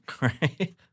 Right